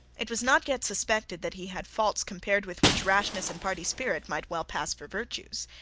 it was not yet suspected that he had faults compared with which rashness and party spirit might well pass for virtues.